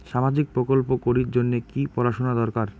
সামাজিক প্রকল্প করির জন্যে কি পড়াশুনা দরকার?